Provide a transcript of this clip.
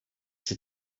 czy